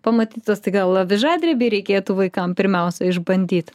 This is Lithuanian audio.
pamatytos tai gal avižadrebį reikėtų vaikam pirmiausia išbandyt